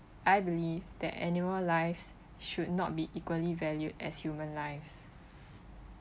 I believe that animal lives should not be equally valued as human lives